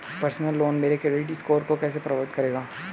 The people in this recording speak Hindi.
पर्सनल लोन मेरे क्रेडिट स्कोर को कैसे प्रभावित करेगा?